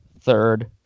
third